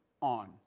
on